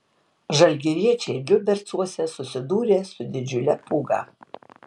žalgiriečiai liubercuose susidūrė su didžiule pūga